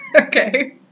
Okay